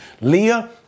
Leah